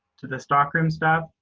to the stockroom staff,